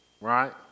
Right